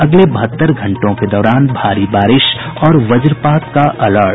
अगले बहत्तर घंटों के दौरान भारी बारिश और वज्रपात का अलर्ट